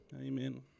amen